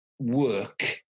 Work